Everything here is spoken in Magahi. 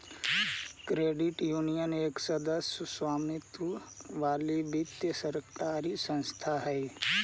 क्रेडिट यूनियन एक सदस्य स्वामित्व वाली वित्तीय सरकारी संस्था हइ